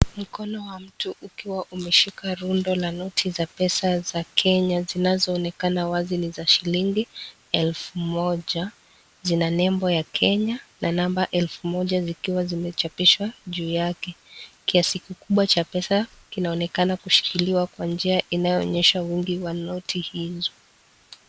Mkono wa mtu ukiwa umeshika rundo la noti za pesa za Kenya zinazoonekana wazi ni za shilingi elfu moja zina nembo ya Kenya na namba elfu moja zikiwa zimechapishwa juu yake kiasi kikubwa cha pesa kinaonekana kushikiliwa kwa njia inayo onyesha uwingi wa noti hizo.